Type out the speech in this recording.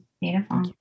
beautiful